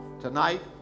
Tonight